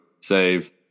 save